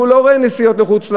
שהוא לא רואה נסיעות לחוץ-לארץ,